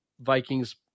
Vikings